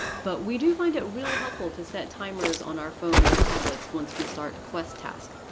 but we do find it really helpful to set timers on our phones or tablets once we start a quest task.